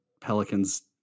Pelicans